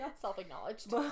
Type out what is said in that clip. Self-acknowledged